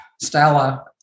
Stella